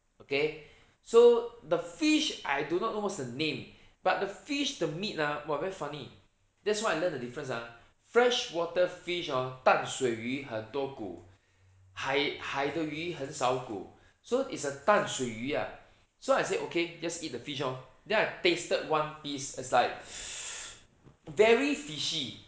okay so the fish I do not know what's the name but the fish the meat ha !wah! very funny this [one] I learn the difference ha fresh water fish hor 淡水鱼很多骨海海的鱼很少骨 so is a 淡水鱼啊 so I said okay just eat the fish lor then I tasted one piece it's like very fishy